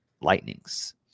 Lightnings